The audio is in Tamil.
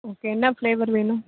ஓகே என்ன ஃப்ளேவர் வேணும்